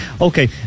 Okay